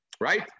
right